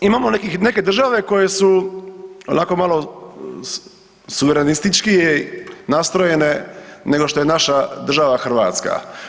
Imamo neke države koje su ovako malo suverenistički nastrojene nego što je naša država Hrvatska.